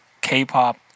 K-pop